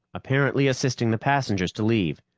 apparently assisting the passengers to leave.